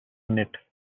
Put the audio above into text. knit